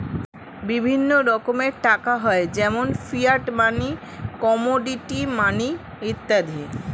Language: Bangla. বিভিন্ন রকমের টাকা হয় যেমন ফিয়াট মানি, কমোডিটি মানি ইত্যাদি